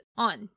on